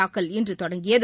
தாக்கல் இன்று தொடங்கியது